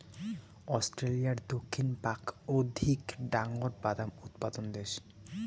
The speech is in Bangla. অস্ট্রেলিয়ার দক্ষিণ পাক অধিক ডাঙর বাদাম উৎপাদক দ্যাশ